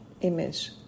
image